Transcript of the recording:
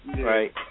right